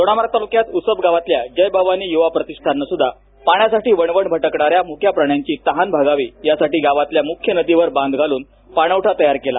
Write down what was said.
दोडामार्ग तालुक्यात उसप गावातल्या जय भवानी युवा प्रतिष्ठानसुद्धा पाण्यासाठी वणवण भटकणाऱ्या मुक्या प्राण्यांची तहान भागावी यासाठी गावातल्या मुख्य नदीवर बांध घालून पाणवठा तयार केला